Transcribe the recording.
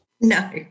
No